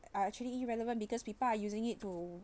are actually irrelevant because people are using it to